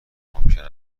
ممکن